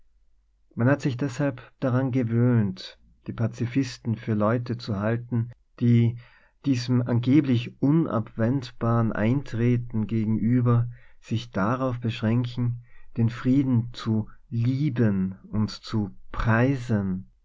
man hat sich desf halb daran gewöhnt die pazifisten für leute zu halten die diesem angeblich unabwendbaren ein treten gegenüber sich darauf beschränken den frieden zu lieben und zu preisen